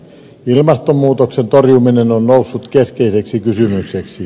ilmastonmuutoksen torjuminen on noussut keskeiseksi kysymykseksi